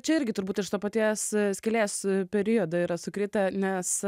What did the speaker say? čia irgi turbūt to paties skylės periodą yra sukritę nes